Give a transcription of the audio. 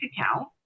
account